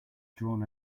drawn